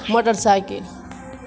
motor cycle